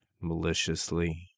maliciously